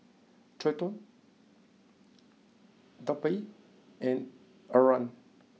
Treyton Darby and Arah